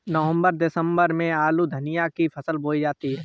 नवम्बर दिसम्बर में आलू धनिया की फसल बोई जाती है?